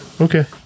Okay